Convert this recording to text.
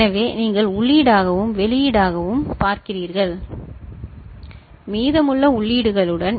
எனவே நீங்கள் உள்ளீடாகவும் வெளியீடாகவும் பார்க்கிறீர்கள் மீதமுள்ள உள்ளீடுகளுடன்